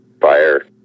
fire